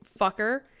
fucker